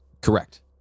Correct